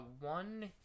one